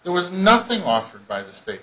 there was nothing offered by the state